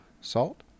salt